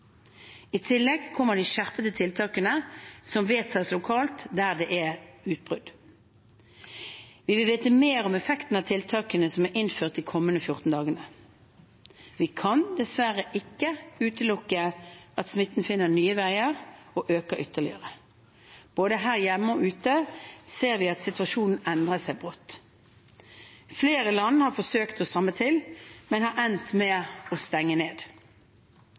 I tillegg kommer de skjerpede tiltakene som vedtas lokalt der det er utbrudd. Vi vil vite mer om effekten av tiltakene som er innført, de kommende 14 dagene. Vi kan dessverre ikke utelukke at smitten finner nye veier og øker ytterligere. Både her hjemme og ute ser vi at situasjonen endrer seg brått. Flere land har forsøkt å stramme til, men har endt med å stenge ned.